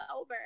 over